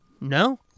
No